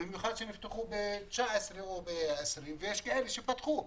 במיוחד שנפתחו ב-2019 ו-2020 ויש כאלה שפתחו.